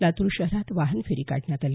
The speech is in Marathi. लातूर शहरात वाहन फेरी काढण्यात आली